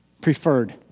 Preferred